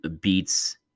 beats